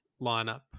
lineup